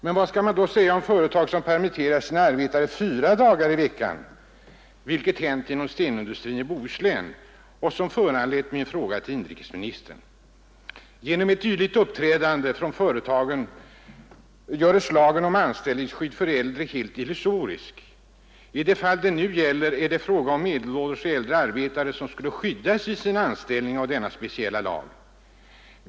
Men vad skall man då säga om företag som permitterar sina arbetare fyra dagar i veckan, vilket hänt inom stenindustrin i Bohuslän och föranlett min fråga till inrikesministern? Genom ett dylikt uppträdande från företagens sida görs lagen om anställningsskydd för äldre helt illusorisk. I de fall det nu gäller är det fråga om medelålders och äldre arbetare, som skulle skyddas i sin anställning av denna speciella lag.